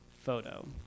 photo